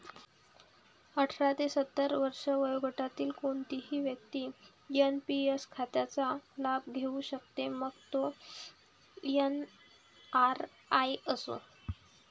अठरा ते सत्तर वर्षे वयोगटातील कोणतीही व्यक्ती एन.पी.एस खात्याचा लाभ घेऊ शकते, मग तो एन.आर.आई असो